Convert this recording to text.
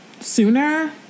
sooner